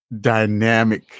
dynamic